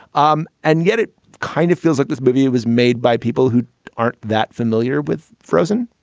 um and yet it kind of feels like this movie was made by people who aren't that familiar with frozen